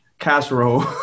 Casserole